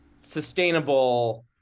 sustainable